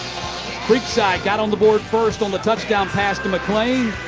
creekside got on the board first on the touchdown pass to mcclain.